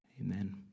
Amen